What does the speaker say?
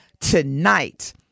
tonight